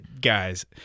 guys